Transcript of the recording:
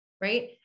right